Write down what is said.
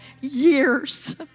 years